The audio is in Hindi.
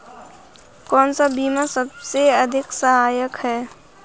कौन सा बीमा सबसे अधिक सहायक है?